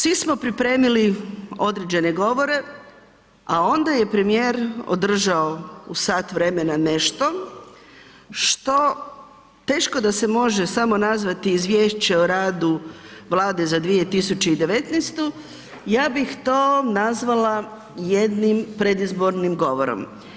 Svi smo pripremili određene govore, a onda je premijer održao u sat vremena nešto što teško da se može samo nazvati Izvješće o radu Vlade za 2019., ja bih to nazvala jednim predizbornim govorom.